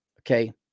Okay